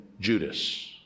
Judas